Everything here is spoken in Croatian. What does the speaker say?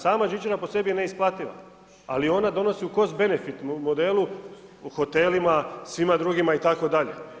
Sama žičara po sebi je neisplativa, ali ona donosi u cost benefit modelu u hotelima svima drugima itd.